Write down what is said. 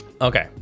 Okay